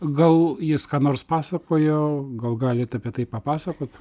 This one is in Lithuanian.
gal jis ką nors pasakojo gal galit apie tai papasakot